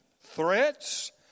threats